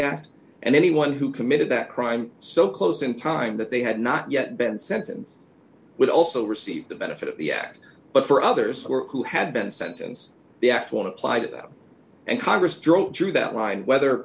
act and anyone who committed that crime so close in time that they had not yet been sentenced would also receive the benefit of the act but for others who had been sentenced the act one applied them and congress drove through that mind whether